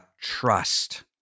trust